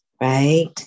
right